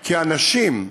כי האנשים,